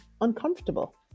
uncomfortable